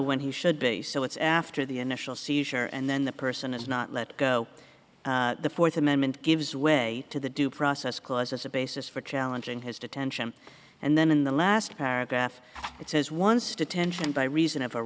when he should be so it's after the initial seizure and then the person is not let go the fourth amendment gives way to the due process clause as a basis for challenging his detention and then in the last paragraph it says once detention by reason of a